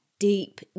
deep